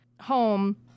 home